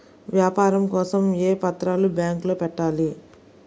వ్యాపారం కోసం ఏ పత్రాలు బ్యాంక్లో పెట్టాలి?